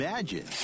Imagine